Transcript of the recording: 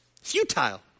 Futile